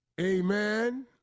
Amen